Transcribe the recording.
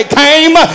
came